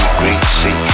greasy